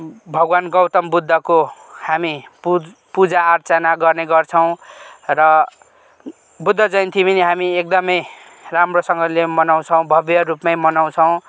भगवान् गौतम बुद्धको हामी पूजा पूजा आर्चना गर्ने गर्छौँ र बुद्ध जयन्ती पनि हामी एकदमै राम्रोसँगले मनाउँछौँ भव्य रूपमै मनाउँछौँ